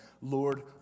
Lord